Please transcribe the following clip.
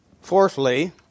Fourthly